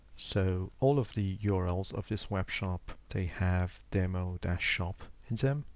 so all of the yeah urls of this web shop they have demo that shop exam.